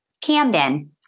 Camden